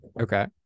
Okay